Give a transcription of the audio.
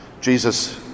Jesus